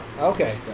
Okay